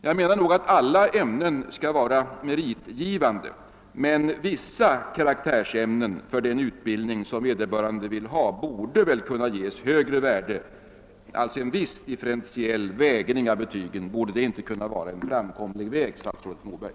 Jag menar att alla ämnen bör vara meritgivande men att vissa karaktärsämnen för den utbildning som vederbörande önskar skaffa sig bör kunna ges högre värde. Kunde inte en viss differentiell vägning av ämnena vara en framkomlig väg, statsrådet Moberg?